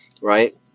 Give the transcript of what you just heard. Right